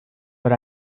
but